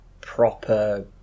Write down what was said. proper